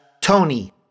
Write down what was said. tony